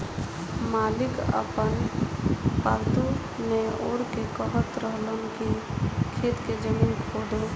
मालिक आपन पालतु नेओर के कहत रहन की खेत के जमीन खोदो